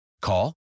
Call